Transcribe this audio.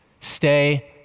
stay